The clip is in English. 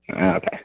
Okay